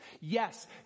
yes